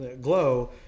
GLOW